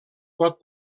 pot